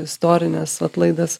istorines vat laidas